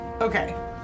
Okay